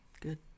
Good